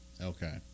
okay